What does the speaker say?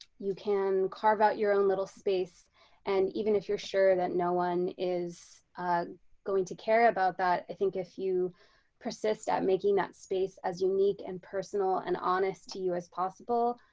you can carve out your own little space and even if you're sure that one is going to care about that, i think if you persist at making that space as unique and personal and honest to you as possible,